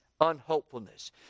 Unhopefulness